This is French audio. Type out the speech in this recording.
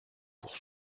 pour